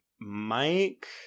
Mike